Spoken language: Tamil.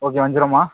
ஓகே வஞ்சிரமா